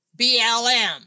BLM